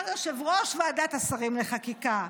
יושב-ראש ועדת השרים לחקיקה,